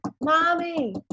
Mommy